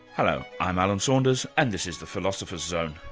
hello, i'm alan saunders and this is the philosopher's zone.